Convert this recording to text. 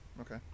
okay